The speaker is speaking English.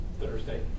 Thursday